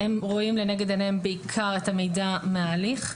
רואים לנגד עיניהם בעיקר את המידע מההליך.